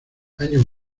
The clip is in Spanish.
años